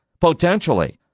Potentially